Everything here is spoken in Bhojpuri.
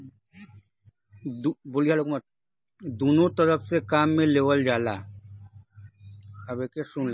दुन्नो तरफ से काम मे लेवल जाला